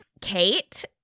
Kate